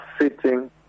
sitting